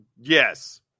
Yes